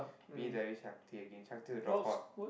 me Darvis Shakti again Shakti the dropout